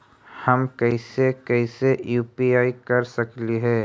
हम कैसे कैसे यु.पी.आई कर सकली हे?